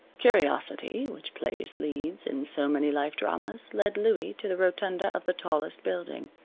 curiosity, which plays leads in so many life dramas, led louie to the rotunda of the tallest building.